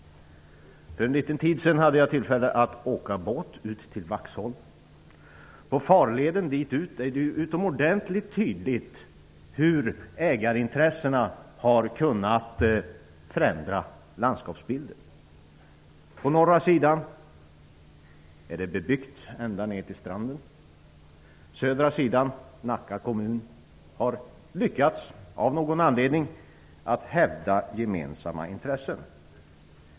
För en liten tid sedan hade jag tillfälle att åka båt ut till Vaxholm. På farleden dit ut är det utomordentligt tydligt hur ägarintressena har kunnat förändra landskapsbilden. På norra sidan är det bebyggt ända ned till stranden. På södra sidan -- Nacka kommun -- har man av någon anledning lyckats att hävda gemensamma intressen.